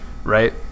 Right